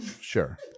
Sure